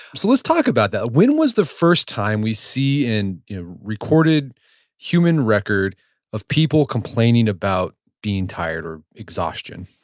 so let's talk about that. when was the first time we see in recorded human record of people complaining about being tired, or exhaustion?